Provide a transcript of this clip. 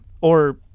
Or-